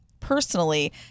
personally